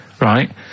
Right